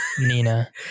Nina